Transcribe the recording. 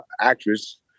actress